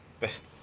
best